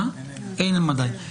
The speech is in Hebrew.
עדיין אין.